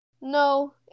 no